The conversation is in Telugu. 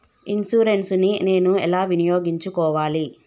ఇన్సూరెన్సు ని నేను ఎలా వినియోగించుకోవాలి?